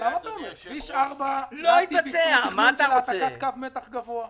בכביש 4 היה בביצוע תכנון של העתקת קו מתח גבוה.